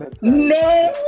No